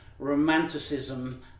romanticism